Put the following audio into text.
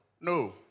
No